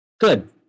Good